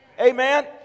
amen